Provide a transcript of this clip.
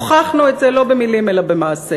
הוכחנו את זה לא במילים אלא במעשה.